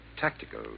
tactical